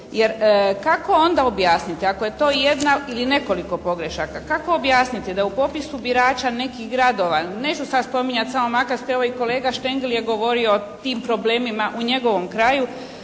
Jer, kako onda objasniti ako je to jedna ili nekoliko pogrešaka kako objasniti da u popisu birača nekih gradova neću sad spominjati samo Makarsku. Evo i kolega Štengl je govorio o tim problemima u njegovom kraju.